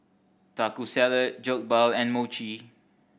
Taco Salad Jokbal and Mochi